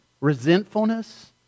resentfulness